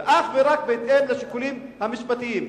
אך ורק בהתאם לשיקולים המשפטיים.